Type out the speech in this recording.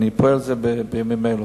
אני עובד על זה בימים אלה,